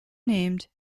named